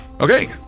Okay